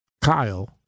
Kyle